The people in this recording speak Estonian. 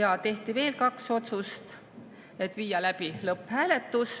ja tehti veel kaks otsust: viia läbi lõpphääletus